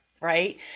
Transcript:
right